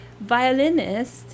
violinist